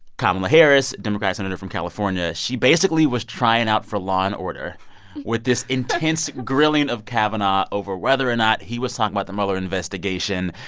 kamala harris democrat senator from california she basically was trying out for law and order with this intense grilling of kavanaugh over whether or not he was talking about the mueller investigation.